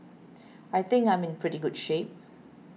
I think I'm in pretty good shape